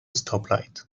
stoplight